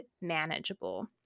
manageable